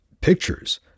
Pictures